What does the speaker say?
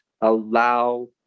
allow